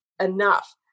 enough